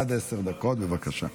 עד עשר דקות, בבקשה.